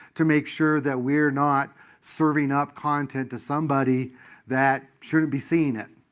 to make sure that we are not serving up content to somebody that shouldn't be seeing it.